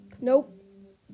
Nope